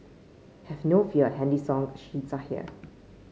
have no fear handy song sheets are here